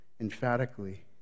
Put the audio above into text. Emphatically